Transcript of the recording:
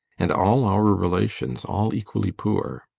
and all our relations all equally poor.